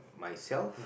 myself